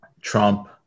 Trump